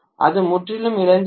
அது முற்றிலும் இழந்துவிட்டது